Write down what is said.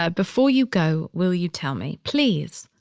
ah before you go, will you tell me, please,